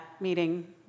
meeting